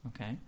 Okay